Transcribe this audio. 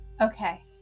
Okay